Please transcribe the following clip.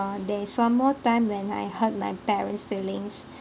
there's one more time when I hurt my parents' feelings